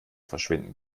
verschwinden